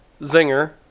zinger